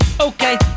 Okay